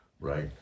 right